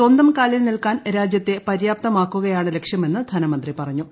സ്വന്തം കാലിൽ നില്കാൻ രാജ്യത്തെ പര്യാപ്തമാക്കുകയാണ് ലക്ഷ്യമെന്ന് ധനമന്ത്രി പറഞ്ഞു